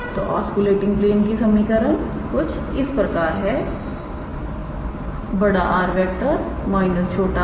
तोऑस्कुलेटिंग plane की समीकरण कुछ इस प्रकार है 𝑅⃗ − 𝑟⃗ 𝑏̂ 0